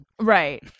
right